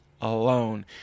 alone